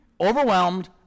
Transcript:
overwhelmed